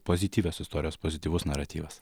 pozityvios istorijos pozityvus naratyvas